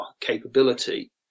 capability